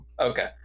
Okay